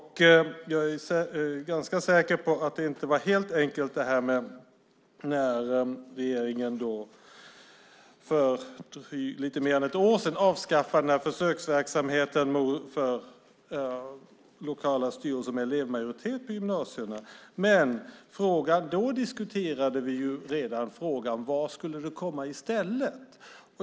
Jag är ganska säker på att det inte var helt enkelt när regeringen för lite mer än ett år sedan avskaffade försöksverksamheten med lokala styrelser med elevmajoritet i gymnasierna. Redan då diskuterade vi frågan vad som skulle komma i stället.